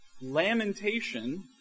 Lamentation